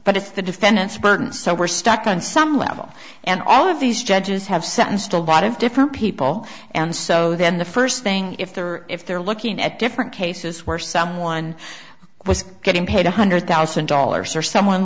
but if the defendant's burden so we're stuck on some level and all of these judges have sentenced a lot of different people and so then the first thing if they're if they're looking at different cases where someone was getting paid one hundred thousand dollars or someone